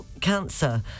cancer